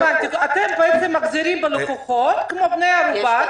אתם בעצם מחזיקים בלקוחות כבני ערובה.